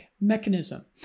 mechanism